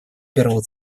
первого